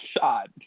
shot